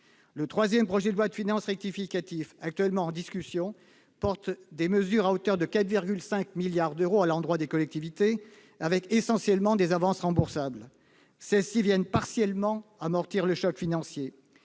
Le troisième projet de loi de finances rectificative actuellement en discussion contient des mesures, à hauteur de 4,5 milliards d'euros, destinées aux collectivités- essentiellement des avances remboursables. Celles-ci viennent partiellement amortir le choc financier